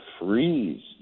freeze